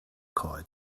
coed